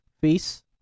face